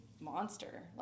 monster